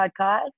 podcast